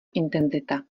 intenzita